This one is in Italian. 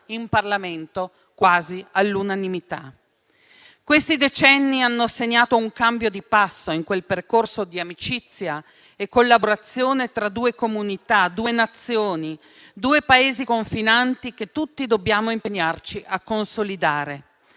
in Parlamento quasi all'unanimità. Questi decenni hanno segnato un cambio di passo in quel percorso di amicizia e collaborazione tra due comunità, due Nazioni, due Paesi confinanti che tutti dobbiamo impegnarci a consolidare.